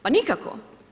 Pa nikako.